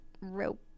rope